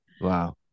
wow